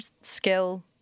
skill